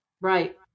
Right